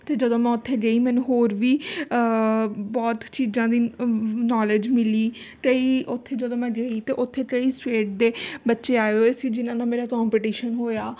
ਅਤੇ ਜਦੋਂ ਮੈਂ ਉੱਥੇ ਗਈ ਮੈਨੂੰ ਹੋਰ ਵੀ ਬਹੁਤ ਚੀਜ਼ਾਂ ਦੀ ਨੌਲੇਜ ਮਿਲੀ ਕਈ ਉੱਥੇ ਜਦੋਂ ਮੈਂ ਗਈ ਅਤੇ ਉੱਥੇ ਕਈ ਸਟੇਟ ਦੇ ਬੱਚੇ ਆਏ ਹੋਏ ਸੀ ਜਿਨ੍ਹਾਂ ਨਾਲ ਮੇਰਾ ਕੋਂਪਟੀਸ਼ਨ ਹੋਇਆ